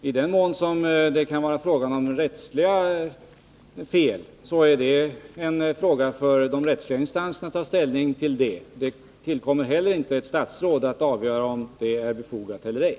I den mån som det kan vara fråga om felaktigheter blir det de rättsliga instanserna som får göra bedömningen. Inte heller då tillkommer det ett statsråd att avgöra vad som är befogat eller ej.